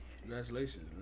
Congratulations